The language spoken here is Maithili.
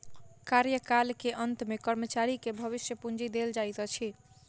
कार्यकाल के अंत में कर्मचारी के भविष्य पूंजी देल जाइत अछि